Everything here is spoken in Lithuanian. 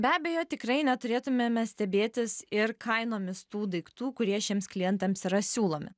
be abejo tikrai neturėtumėme stebėtis ir kainomis tų daiktų kurie šiems klientams yra siūlomi